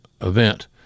event